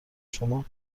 شما